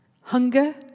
Hunger